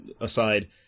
aside